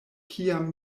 kiam